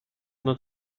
not